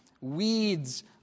weeds